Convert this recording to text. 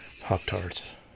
Pop-tarts